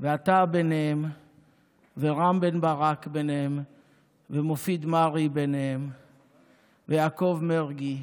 אתה ביניהם ורם בן ברק ביניהם ומופיד מרעי ביניהם ויעקב מרגי,